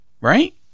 Right